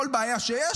כל בעיה שיש,